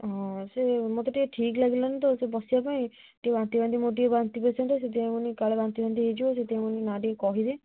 ହଁ ସେ ମୋତେ ଟିକେ ଠିକ୍ ଲାଗିଲାନି ତ ସେ ବସିବା ପାଇଁ ଟିକେ ବାନ୍ତି ବାନ୍ତି ମୋ ଟିକେ ବାନ୍ତି ପେସେଣ୍ଟ ସେଥିପାଇଁ କାଳେ ବାନ୍ତି ବାନ୍ତି ହେଇଯିବ ସେଥିପାଇଁ ନା ଟିକେ କହିଦିଏ